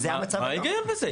מה הגיון בזה?